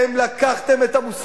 מי זה יושב-ראש הקואליציה?